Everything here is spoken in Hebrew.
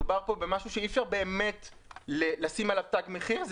מדובר פה במשהו שאי אפשר באמת לשים עליו תג מחיר.